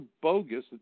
bogus